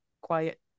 quiet